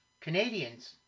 Canadians